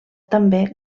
també